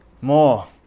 More